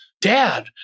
Dad